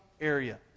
area